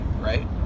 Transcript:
right